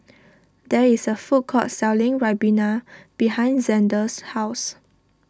there is a food court selling Ribena behind Zander's house